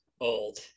old